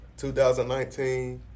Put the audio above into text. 2019